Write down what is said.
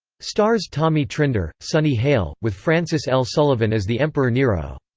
stars tommy trinder, sonnie hale with francis l. sullivan as the emperor nero.